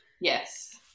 yes